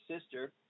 sister